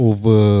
Over